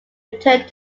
returned